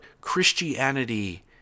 Christianity